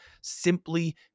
simply